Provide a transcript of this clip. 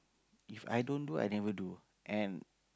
If i don't do I never do and